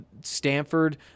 Stanford